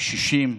קשישים.